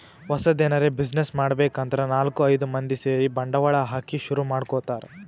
ಹೊಸದ್ ಎನರೆ ಬ್ಯುಸಿನೆಸ್ ಮಾಡ್ಬೇಕ್ ಅಂದ್ರ ನಾಲ್ಕ್ ಐದ್ ಮಂದಿ ಸೇರಿ ಬಂಡವಾಳ ಹಾಕಿ ಶುರು ಮಾಡ್ಕೊತಾರ್